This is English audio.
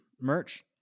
merch